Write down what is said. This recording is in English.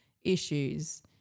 issues